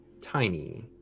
tiny